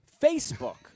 Facebook